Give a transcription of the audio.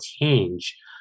change